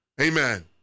amen